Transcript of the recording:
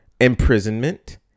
Imprisonment